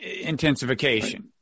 intensification